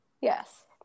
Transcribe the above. Yes